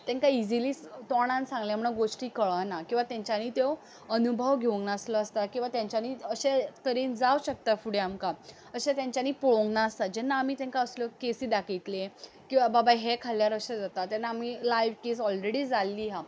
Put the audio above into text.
तांकां इजिली तोंडान सांगलें म्हणून गोश्टी कळना किंवां तांच्यांनी त्यो अनुभव घेवं नासलो आसता किंवा तांच्यांनी अशे तरेन जावं शकता फुडें आमकां अशें तेंच्यांनी पळोवं नासता जेन्ना आमी तांकां असल्यो केसी दाखयतले की बाबा हे खाल्ल्यार अशें जाता लायव केस ऑलरेडी जाल्ली आसा